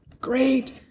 Great